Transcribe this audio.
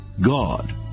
God